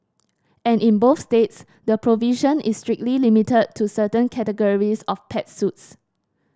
and in both states the provision is strictly limited to certain categories of pet suits